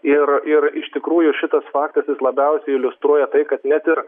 ir ir iš tikrųjų šitas faktas jis labiausiai iliustruoja tai kad net ir